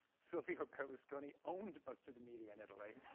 silvio berlusconi owned most of the media in italy.